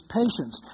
patience